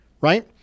right